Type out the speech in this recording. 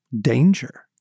Danger